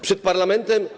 Przed parlamentem.